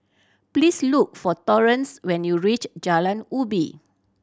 please look for Torrance when you reach Jalan Ubi